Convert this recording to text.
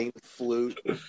flute